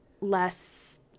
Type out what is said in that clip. less